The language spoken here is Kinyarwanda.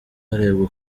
harebwa